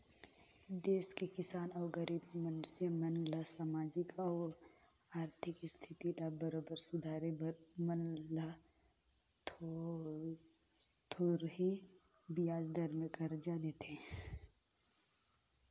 देस के किसान अउ गरीब मइनसे मन ल सामाजिक अउ आरथिक इस्थिति ल बरोबर सुधारे बर ओमन ल थो रहें बियाज दर में करजा देथे